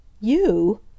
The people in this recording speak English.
You